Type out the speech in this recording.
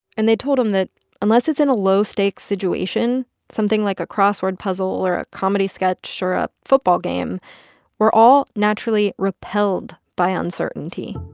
and they told him that unless it's in a low-stakes situation something like a crossword puzzle or a comedy sketch or a football game we're all naturally repelled by uncertainty.